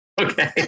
Okay